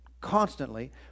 Constantly